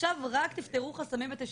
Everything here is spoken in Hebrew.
עכשיו רק תפתרו חסמים ותשווקו.